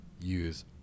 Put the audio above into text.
use